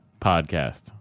podcast